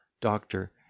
Doctor